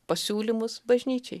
pasiūlymus bažnyčiai